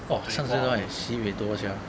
!whoa! 三十多块 sibeh 多 sia